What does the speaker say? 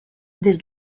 des